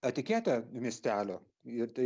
etikete miestelio ir tai